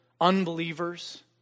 unbelievers